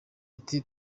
ati